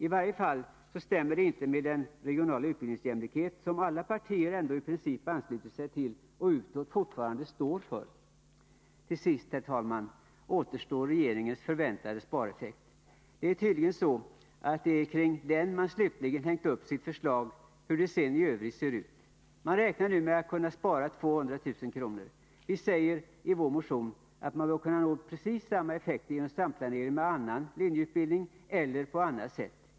I varje fall stämmer det inte med den regionala utbildningsjämlikhet som alla partier ändå i princip anslutit sig till och utåt fortfarande står för. Till sist, herr talman, återstår att ta upp den av regeringen förväntade spareffekten. Det är tydligen kring den man slutligen hängt upp förslaget som det i övrigt ser ut. Man räknar nu med att kunna spara 200 000 kr. Vi säger i vår motion att man bör kunna nå precis samma effekt genom samplanering med annan linjeutbildning eller på annat sätt.